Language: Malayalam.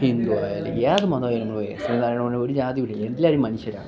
ഹിന്ദു ആയാൽ ഏത് മതായാലും നമ്മൾ ശ്രീനാരായണ ഗുരു ഒരു ജാതിയുമില്ല എല്ലാവരും മനുഷ്യരാണ്